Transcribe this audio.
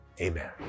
amen